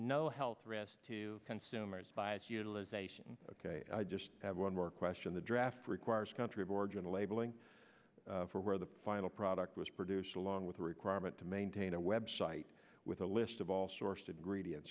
no health risk to consumers by its utilization ok i just have one more question the draft requires country of origin labeling for where the final product was produced along with the requirement to maintain a website with a list of all sources greedy and